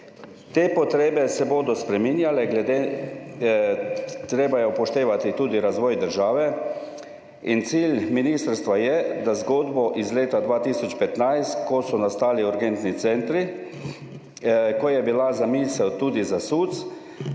Te potrebe se bodo spreminjale, treba je upoštevati tudi razvoj države in cilj ministrstva je, da zgodbo iz leta 2015, ko so nastali urgentni centri, ko je bila zamisel tudi za SUC-e